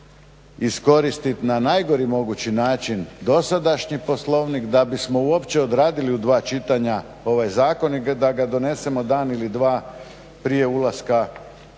iskoristiti na najgori mogući način dosadašnji Poslovnik da bismo uopće odradili u dva čitanja ovaj zakon i da ga donesemo dan ili dva prije ulaska